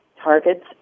targets